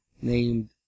named